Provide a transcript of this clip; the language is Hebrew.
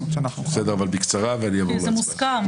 בקצרה,